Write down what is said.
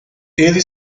ele